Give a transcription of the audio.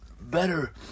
better